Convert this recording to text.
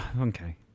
okay